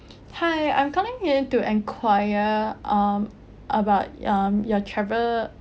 hi I'm calling in to enquire um about um your travel